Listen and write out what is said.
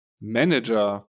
manager